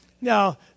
Now